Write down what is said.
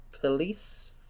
police